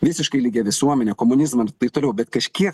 visiškai lygią visuomenę komunizmą ir taip toliau bet kažkiek